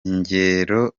ingero